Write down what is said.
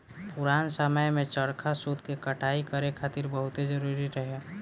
पुरान समय में चरखा सूत के कटाई करे खातिर बहुते जरुरी रहे